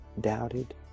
doubted